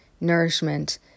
nourishment